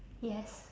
yes